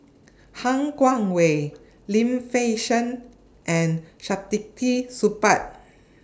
Han Guangwei Lim Fei Shen and Saktiandi Supaat